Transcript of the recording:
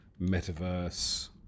metaverse